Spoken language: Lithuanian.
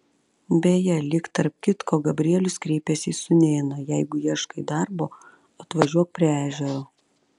beje lyg tarp kitko gabrielius kreipėsi į sūnėną jeigu ieškai darbo atvažiuok prie ežero